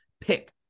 pick